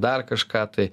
dar kažką tai